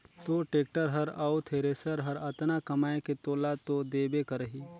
तोर टेक्टर हर अउ थेरेसर हर अतना कमाये के तोला तो देबे करही